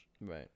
Right